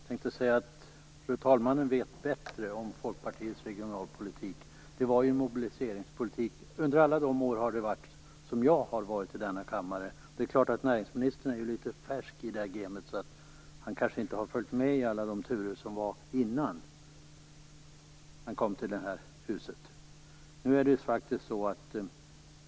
Fru talman! Jag tänkte säga att fru talmannen bättre känner till Folkpartiets regionalpolitik. Det har varit en mobiliseringspolitik under alla de år som jag har varit i denna kammare. Näringsministern är ju rätt färsk i gamet, så han kanske inte har följt med i alla turer som var innan han kom till det här huset.